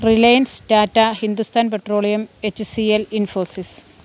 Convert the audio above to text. Reliance Tata Hindustan petroleum H C L Infosys